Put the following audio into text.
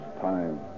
time